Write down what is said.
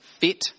fit